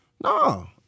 No